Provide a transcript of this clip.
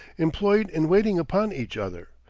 employed in waiting upon each other,